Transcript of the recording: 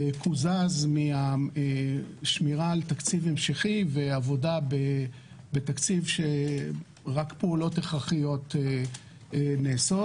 קוזז מהשמירה על תקציב המשכי ועבודה בתקציב שרק פעולות הכרחיות נעשות,